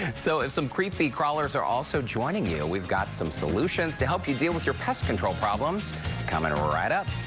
so if some creepy crawlers are also joining you, we've got some solutions to help you deal with your pest control problems coming right up.